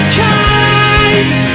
kite